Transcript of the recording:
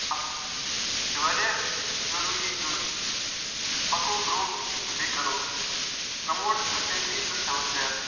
اَتھ چھِ وارِیاہ ضٔروٗری زٕ أسۍ پَکو برٛونٛہہ تہٕ بیٚیہِ کَرو پرٛٮ۪موٹ اٮ۪مپیٚتھی تہٕ سٮ۪لٕفنٮ۪س